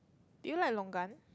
do you like longan